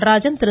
Natarajan Thiru